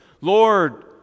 Lord